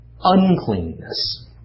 uncleanness